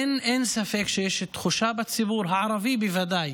אין ספק שיש תחושה בציבור, הערבי בוודאי